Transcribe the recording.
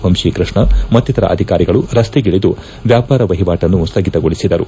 ವಂಶಿಕೃಷ್ಣ ಮತ್ತಿತರ ಅಧಿಕಾರಿಗಳು ರಸ್ತೆಗಳದು ವ್ಯಾಪಾರ ವಹಿವಾಟನ್ನು ಸ್ನಗಿತಗೊಳಿಸಿದರು